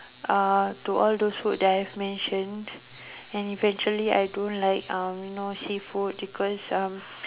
uh to all those food that I've mentioned and eventually I don't like uh you know seafood because uh